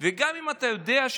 וגם אם אתה יודע מה המהלך הבא שלך,